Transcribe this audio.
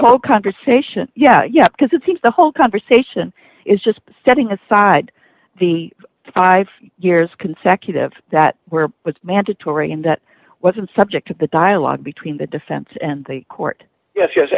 oh conversation yeah yeah because it seems the whole conversation is just setting aside the five years consecutive that were mandatory and that wasn't subject to the dialogue between the defense and the court yes yes